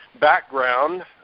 background